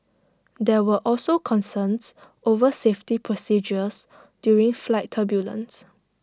there were also concerns over safety procedures during flight turbulence